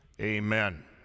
amen